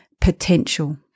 potential